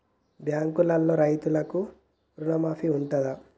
బ్యాంకులో రైతులకు రుణమాఫీ ఉంటదా?